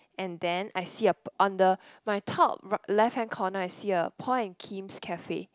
and then I see a on the my top right left hand corner I see a Paul and Kim cafe